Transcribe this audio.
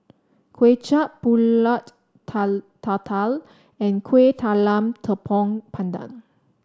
Kway Chap pulut Tatal and Kueh Talam Tepong Pandan